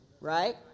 right